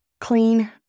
clean